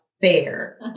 fair